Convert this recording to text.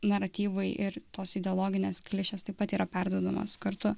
naratyvai ir tos ideologinės klišės taip pat yra perduodamos kartu